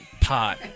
pot